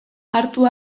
hartu